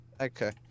Okay